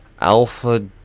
Alpha